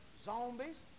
zombies